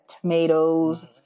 tomatoes